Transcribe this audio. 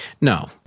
No